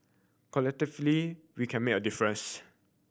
collectively we can make a difference